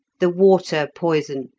the water poison,